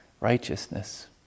righteousness